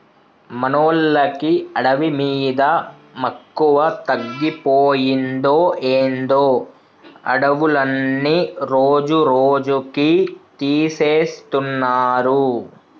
మనోళ్ళకి అడవి మీద మక్కువ తగ్గిపోయిందో ఏందో అడవులన్నీ రోజురోజుకీ తీసేస్తున్నారు